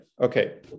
okay